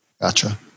Gotcha